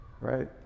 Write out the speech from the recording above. Right